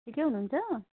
ठिकै हुनु हुन्छ